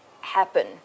happen